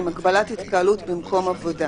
הגבלת התקהלות במקום עבודה